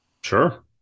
Sure